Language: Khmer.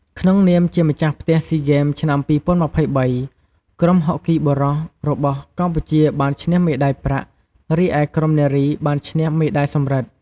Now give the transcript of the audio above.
ក្នុងនាមជាម្ចាស់ផ្ទះស៊ីហ្គេម ឆ្នាំ២០២៣ ក្រុមហុកគីបុរសរបស់កម្ពុជាបានឈ្នះ មេដាយប្រាក់ រីឯក្រុមនារីបានឈ្នះ មេដាយសំរឹទ្ធ។